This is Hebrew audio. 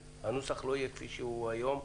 הנוסח לא יהיה כפי שהוא היום.